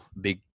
big